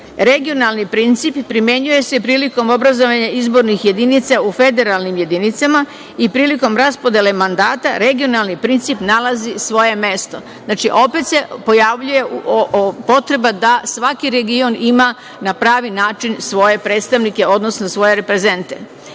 Regionalni princip primenjuje se prilikom obrazovanja izbornih jedinica u federalnih jedinicama i prilikom raspodele mandata, regionalni princip nalazi svoje mesto. Znači, opet se pojavljuje potreba da svaki region ima na pravi način svoje predstavnike, odnosno svoje reprezente.U